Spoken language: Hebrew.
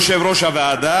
יושב-ראש הוועדה,